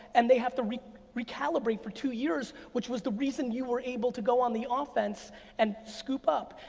and they have to recalibrate for two years, which was the reason you were able to go on the offense and scoop up.